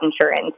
insurance